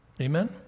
Amen